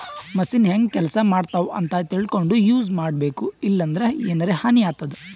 machine ಹೆಂಗ್ ಕೆಲಸ ಮಾಡ್ತಾವ್ ಅಂತ್ ತಿಳ್ಕೊಂಡ್ ಯೂಸ್ ಮಾಡ್ಬೇಕ್ ಇಲ್ಲಂದ್ರ ಎನರೆ ಹಾನಿ ಆತದ್